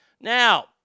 Now